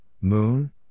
Moon